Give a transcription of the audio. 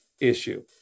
issue